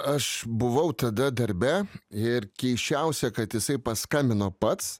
aš buvau tada darbe ir keisčiausia kad jisai paskambino pats